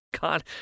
God